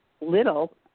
little